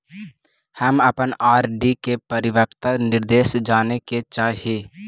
हम अपन आर.डी के परिपक्वता निर्देश जाने के चाह ही